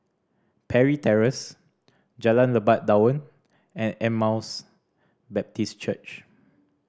Parry Terrace Jalan Lebat Daun and Emmaus Baptist Church